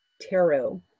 tarot